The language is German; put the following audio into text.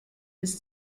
bis